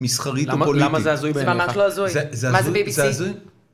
מסחרית או פוליטית. למה זה הזוי בעיניך? זה ממש לא הזוי. מה זה BBC?